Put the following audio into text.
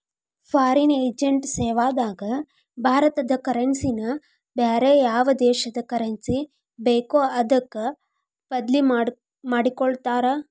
foreign exchange ಸೇವಾದಾಗ ಭಾರತದ currency ನ ಬ್ಯಾರೆ ಯಾವ್ ದೇಶದ್ ಕರೆನ್ಸಿ ಬೇಕೊ ಅದಕ್ಕ ಬದ್ಲಿಮಾದಿಕೊಡ್ತಾರ್